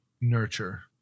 nurture